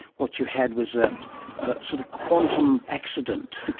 what you had was a sort of quantum accident,